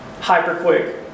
hyper-quick